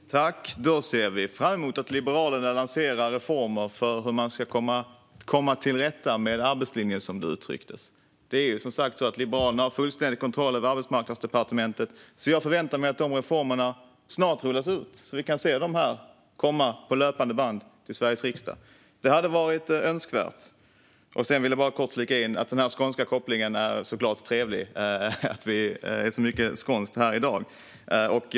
Fru talman! Då ser vi fram emot att Liberalerna lanserar reformer för hur man ska komma till rätta med arbetslinjen, som det uttrycktes. Liberalerna har som sagt fullständig kontroll över Arbetsmarknadsdepartementet, så jag förväntar mig att reformerna snart rullas ut och att vi får se dem komma till Sveriges riksdag på löpande band. Det vore önskvärt. Jag vill bara kort flika in att den skånska kopplingen - att det är så mycket skånskt här i dag - såklart är trevlig.